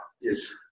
Yes